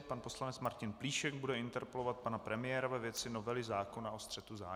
Pan poslanec Martin Plíšek bude interpelovat pana premiéra ve věci novely zákona o střetu zájmů.